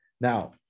Now